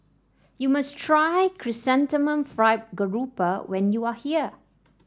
you must try Chrysanthemum Fried Garoupa when you are here